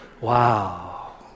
Wow